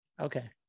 okay